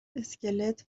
اسکلت